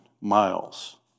miles